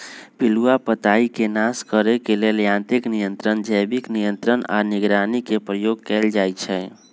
पिलुआ पताईके नाश करे लेल यांत्रिक नियंत्रण, जैविक नियंत्रण आऽ निगरानी के प्रयोग कएल जाइ छइ